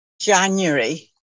January